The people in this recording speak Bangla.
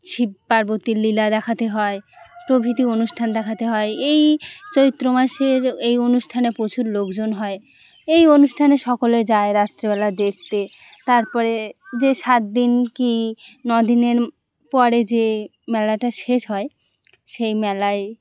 শিব পার্বতীর লীলা দেখাতে হয় প্রভৃতি অনুষ্ঠান দেখাতে হয় এই চৈত্র মাসের এই অনুষ্ঠানে প্রচুর লোকজন হয় এই অনুষ্ঠানে সকলে যায় রাত্রেবেলা দেখতে তারপরে যে সাত দিন কি নদিনের পরে যে মেলাটা শেষ হয় সেই মেলায়